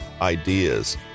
ideas